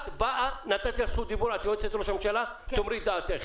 את יועצת ראש הממשלה, תגידי את דעתך.